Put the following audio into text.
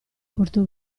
portò